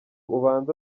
bazajya